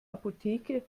apotheke